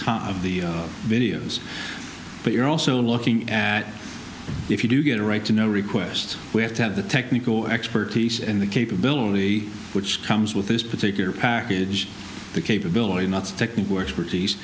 time of the videos but you're also looking at if you do get a right to know request we have to have the technical expertise and the capability which comes with this particular package the capability not techni